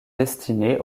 destinés